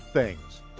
things,